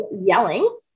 yelling